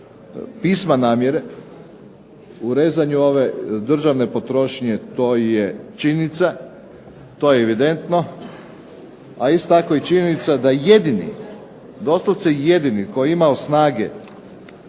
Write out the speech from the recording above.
pisma namjere u rezanju ove državne potrošnje, to je činjenica, to je evidentno. A isto tako je činjenica da jedini, doslovce jedini koji je imao snage